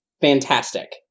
fantastic